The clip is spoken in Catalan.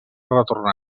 retornar